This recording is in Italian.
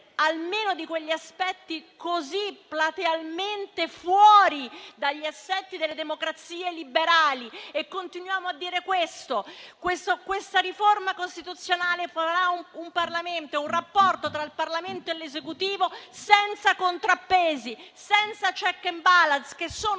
almeno di quegli aspetti così platealmente fuori dagli assetti delle democrazie liberali e continuiamo a dire questo. Questa riforma costituzionale creerà un Parlamento e un rapporto tra il Parlamento e l'Esecutivo senza contrappesi, senza *check and balance*, che sono presenti